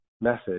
method